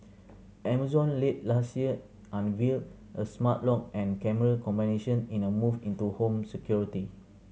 Amazon late last year unveiled a smart lock and camera combination in a move into home security